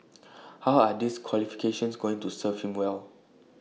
how are these qualifications going to serve him well